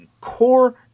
core